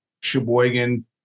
Sheboygan